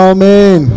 Amen